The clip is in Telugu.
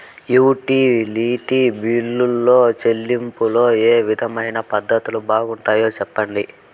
యుటిలిటీ బిల్లులో చెల్లింపులో ఏ విధమైన పద్దతి బాగుంటుందో సెప్పండి?